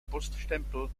poststempel